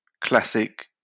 classic